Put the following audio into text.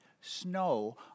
snow